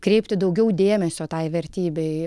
kreipti daugiau dėmesio tai vertybei